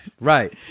Right